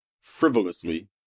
frivolously